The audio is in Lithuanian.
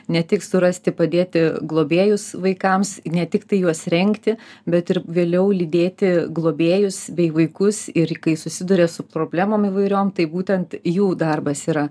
ne tik surasti padėti globėjus vaikams ne tiktai juos rengti bet ir vėliau lydėti globėjus bei vaikus ir kai susiduria su problemom įvairiom tai būtent jų darbas yra